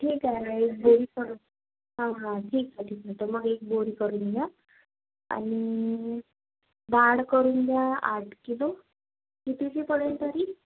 ठीक आहे आणि बिल पण हा हा ठीक आहे ठीक आहे तर मग एक बोरी करून घ्या आणि डाळ करून घ्या आठ किलो कितीची पडेल तरी